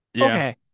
okay